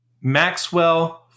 Maxwell